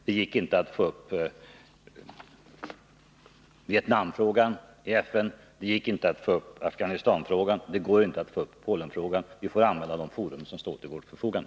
Det gick inte att få upp Vietnamfrågan i FN, det gick inte att få upp Afghanistanfrågan, och det går inte heller att få upp Polenfrågan. Vi får använda de fora som står till vårt förfogande.